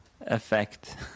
effect